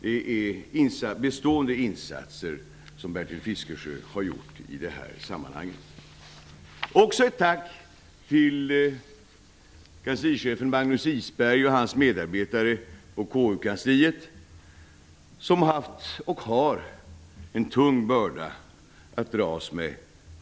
Det är bestående insatser som Bertil Fiskesjö har gjort i detta sammanhang. Jag vill också tacka kanslichefen Magnus Isberg och hans medarbetare i KU-kansliet som har haft och för närvarande har en tung börda att dras med.